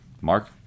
Mark